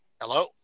Hello